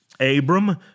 Abram